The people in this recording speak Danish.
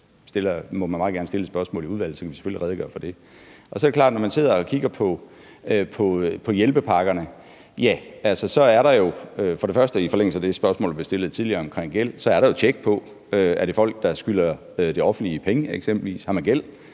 må man meget gerne stille et spørgsmål i udvalget, og så kan vi selvfølgelig redegøre for det. Så er det klart, at når man sidder og kigger på hjælpepakkerne, er der jo, i forlængelse af det spørgsmål, der blev stillet tidligere om gæld, tjek på, om det er folk, der eksempelvis skylder det offentlige penge. Har man en gæld